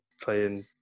playing